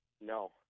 No